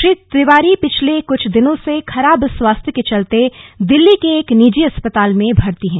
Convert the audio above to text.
श्री तिवारी पिछले दिनों से खराब स्वास्थ्य के चलते दिल्ली के मैक्स अस्पताल में भर्ती हैं